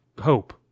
Hope